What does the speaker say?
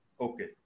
okay